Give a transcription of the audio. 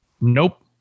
Nope